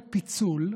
לפיצול.